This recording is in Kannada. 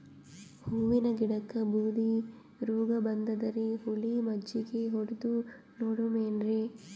ಹೂವಿನ ಗಿಡಕ್ಕ ಬೂದಿ ರೋಗಬಂದದರಿ, ಹುಳಿ ಮಜ್ಜಗಿ ಹೊಡದು ನೋಡಮ ಏನ್ರೀ?